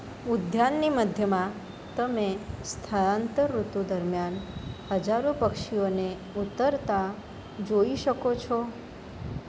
ઉદ્યાનની મધ્યમાં તમે સ્થળાંતર ઋતુ દરમિયાન હજારો પક્ષીઓને ઊતરતા જોઈ શકો છો